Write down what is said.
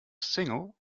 single